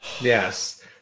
Yes